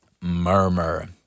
murmur